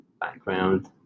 background